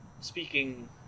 Speaking